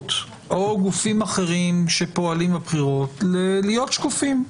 המפלגות או גופים אחרים שפועלים בבחירות להיות שקופים.